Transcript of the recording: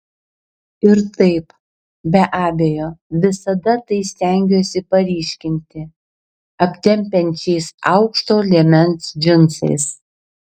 ir taip be abejo visada tai stengiuosi paryškinti aptempiančiais aukšto liemens džinsais